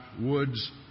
Woods